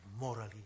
morally